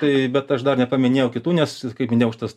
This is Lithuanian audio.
tai bet aš dar nepaminėjau kitų nes kaip minėjau šitas